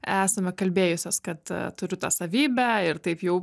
esame kalbėjusios kad turiu tą savybę ir taip jau